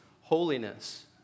holiness